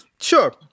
sure